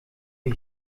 wie